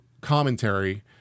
commentary